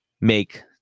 make